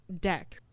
deck